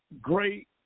great